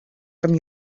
from